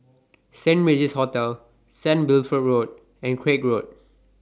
Saint Regis Hotel Saint Wilfred Road and Craig Road